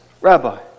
Rabbi